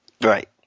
Right